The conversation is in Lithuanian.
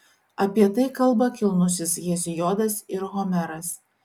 apie tai kalba kilnusis heziodas ir homeras